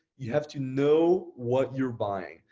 you have to know what you're buying,